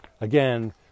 Again